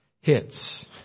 hits